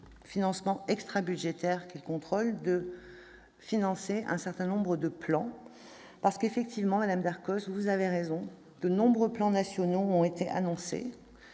financements extrabudgétaires qu'elle contrôle, de financer un certain nombre de plans. En effet, madame Darcos, vous avez raison, de nombreux plans nationaux ont été annoncés